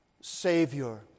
Savior